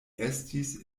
estis